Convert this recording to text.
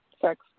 sex